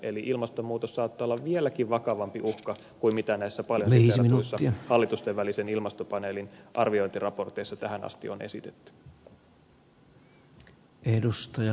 eli ilmastonmuutos saattaa olla vieläkin vakavampi uhka kuin mitä näissä paljon siteeratuissa hallitusten välisen ilmastopaneelin arviointiraporteissa tähän asti on esitetty